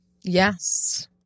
Yes